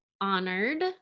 honored